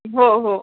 हो हो